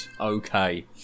Okay